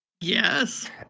Yes